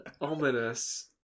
ominous